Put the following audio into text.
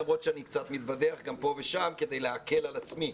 למרות שאני קצת מתבדח פה ושם כדי להקל על עצמי.